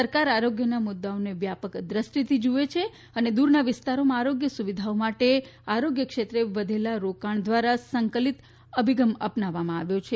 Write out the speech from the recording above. સરકાર આરોગ્યના મુદ્દાઓને વ્યાપક વ્રષ્ટિથી જુએ છે અને દૂરના વિસ્તારોમાં આરોગ્ય સુવિધાઓ માટે આરોગ્ય ક્ષેત્ર વધેલા રોકાણ દ્વારા સંકલિત અભિગમ અપનાવવામાં આવ્યો છે